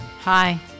Hi